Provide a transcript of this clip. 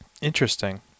Interesting